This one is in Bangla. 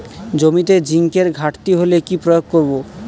জমিতে জিঙ্কের ঘাটতি হলে কি প্রয়োগ করব?